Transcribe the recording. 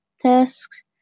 tasks